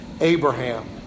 Abraham